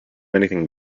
anything